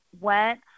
went